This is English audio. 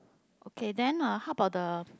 okay then uh how about the